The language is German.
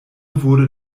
wurde